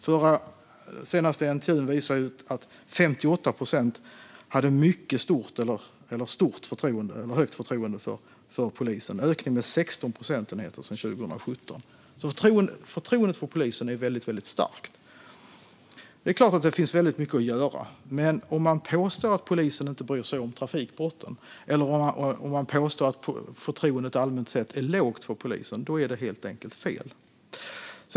Den senaste NTU:n visar att 58 procent har stort förtroende för polisen, en ökning med 16 procentenheter sedan 2017. Förtroendet för polisen är alltså väldigt stort. Det är klart att det finns väldigt mycket att göra. Men om man påstår att polisen inte bryr sig om trafikbrotten eller att förtroendet för polisen allmänt sett är lågt är det helt enkelt fel.